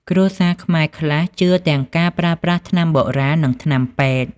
គ្រួសារខ្មែរខ្លះជឿទាំងការប្រើប្រាស់ថ្នាំបុរាណ និងថ្នាំពេទ្យ។